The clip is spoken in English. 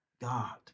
God